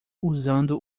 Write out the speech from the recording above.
usando